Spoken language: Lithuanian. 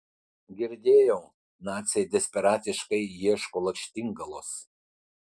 girdėjau naciai desperatiškai ieško lakštingalos